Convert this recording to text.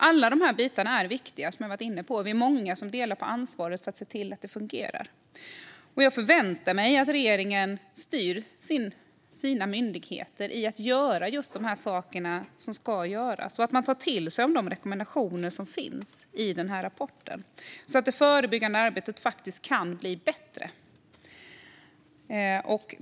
Alla dessa bitar är viktiga, som jag har varit inne på. Vi är många som delar på ansvaret för att se till att det fungerar. Jag förväntar mig att regeringen styr sina myndigheter i att göra just de saker som ska göras och att man tar till sig de rekommendationer som finns i rapporten så att det förebyggande arbetet faktiskt kan bli bättre.